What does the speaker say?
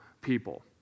people